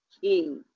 key